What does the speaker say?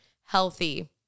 healthy